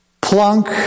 plunk